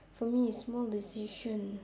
for me small decision